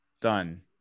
Done